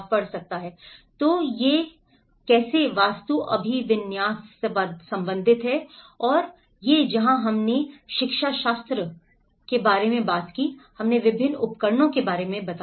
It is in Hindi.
तो यह और यह कैसे वास्तु अभिविन्यास से संबंधित है और यह है जहां हमने शिक्षाशास्त्र और शिक्षाशास्त्र के बारे में बात की हमने विभिन्न उपकरणों के बारे में बताया